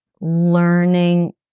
learning